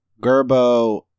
Gerbo